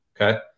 okay